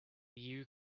you